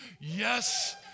Yes